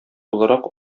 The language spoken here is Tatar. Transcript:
буларак